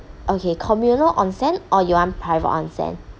okay communal onsen or you want private onsen